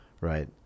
Right